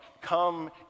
come